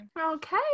Okay